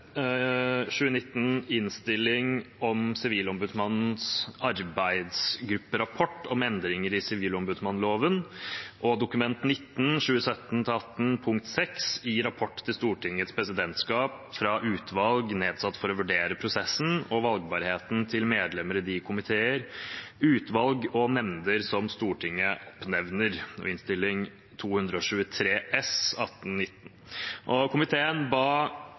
2019 innstilling om Sivilombudsmannens arbeidsgrupperapport om endringer i sivilombudsmannsloven og Dokument 19 for 2017–2018 punkt 6 i Rapport til Stortingets presidentskap fra utvalg nedsatt for å vurdere prosessen og valgbarheten til medlemmer i de komiteer, utvalg og nemnder som Stortinget oppnevner, Innst. 223 S for 2018–2019. Komiteen ba